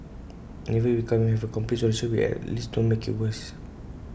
and even if we can't have A complete solution we at least don't make IT worse